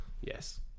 Yes